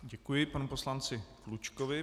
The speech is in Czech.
Děkuji panu poslanci Klučkovi.